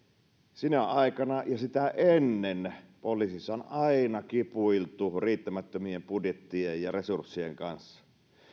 sinä aikana ja sitä ennen poliisissa on aina kipuiltu riittämättömien budjettien ja resurssien kanssa